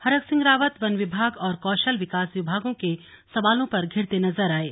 हरक सिंह रावत वन विभाग और कौशल विकास विभागों के सवालों पर धिरते नजर आये